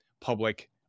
public